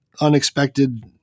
unexpected